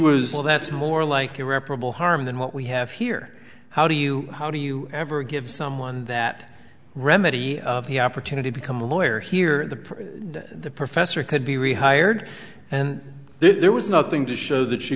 was well that's more like irreparable harm than what we have here how do you how do you ever give someone that remedy the opportunity become a lawyer hear the the professor could be rehired and there was nothing to show that she